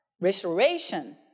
restoration